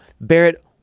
Barrett